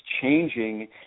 changing